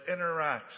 interacts